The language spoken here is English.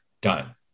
done